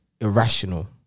irrational